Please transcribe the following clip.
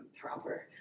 proper